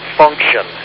function